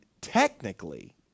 technically